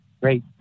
Great